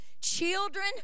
children